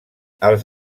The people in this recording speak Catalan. els